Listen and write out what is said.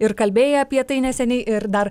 ir kalbėję apie tai neseniai ir dar